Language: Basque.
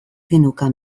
geneukan